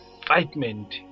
excitement